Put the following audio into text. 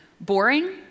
Boring